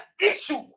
issue